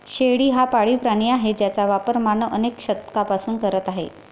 शेळी हा पाळीव प्राणी आहे ज्याचा वापर मानव अनेक शतकांपासून करत आहे